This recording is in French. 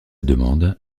demande